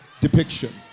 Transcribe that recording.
depiction